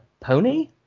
pony